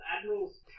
Admiral's